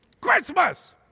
Christmas